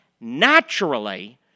naturally